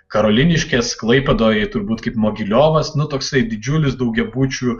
karoliniškės klaipėdoj turbūt kaip mogiliovas nu toksai didžiulis daugiabučių